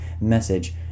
message